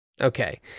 okay